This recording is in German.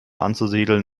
anzusiedeln